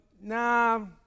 Nah